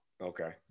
Okay